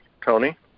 Tony